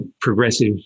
progressive